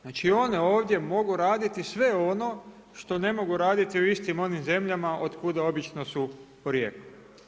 Znači one ovdje mogu raditi sve ono što ne mogu raditi u istim onim zemljama od kuda obično su porijeklom.